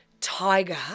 tiger